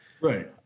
Right